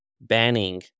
banning